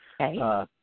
Okay